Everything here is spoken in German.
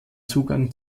zugang